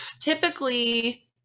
typically